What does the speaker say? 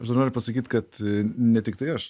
aš dar noriu pasakyt kad ne tiktai aš